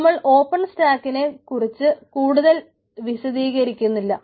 നമ്മൾ ഓപ്പൺ സ്റ്റാക്കിനെ കുറിച്ച് കൂടുതൽ വിശദീകരിക്കുന്നില്ല